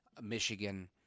Michigan